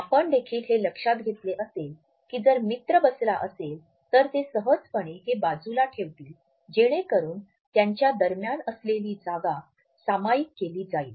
आपण देखील हे लक्षात घेतले असेल की जर मित्र बसला असेल तर ते सहजपणे हे बाजूला ठेवतील जेणेकरून त्यांच्या दरम्यान असलेली जागा सामायिक केली जाईल